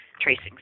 Tracing